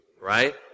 right